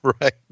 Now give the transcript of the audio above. Right